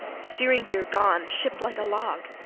steering-gear gone ship like a log.